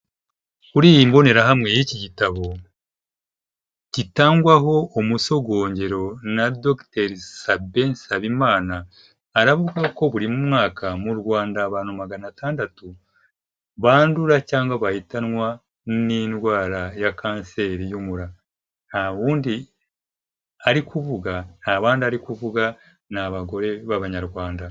Kuri iyi mbonerahamwe y'iki gitabo gitangwaho umusogongero na dr sabe nsabimana aravuga ko buri mwaka mu rwanda abantu magana atandatu bandura cyangwa bahitanwa n'indwara ya kanseri y'umura nta wundi ari kuvuga nta bandi ari kuvuga ni abagore b'abanyarwanda.